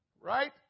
right